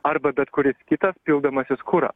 arba bet kuris kitas pildamasis kurą